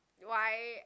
why